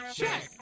Check